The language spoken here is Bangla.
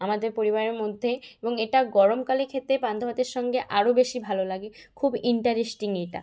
আমাদের পরিবারের মধ্যে এবং এটা গরমকালে খেতে পান্তা ভাতের সঙ্গে আরও বেশি ভালো লাগে খুব ইন্টারেস্টিং এটা